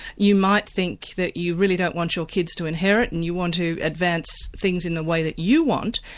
you might think that you really don't want your kids to inherit and you want to advance things in the way that you want,